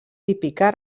típica